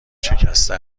شکسته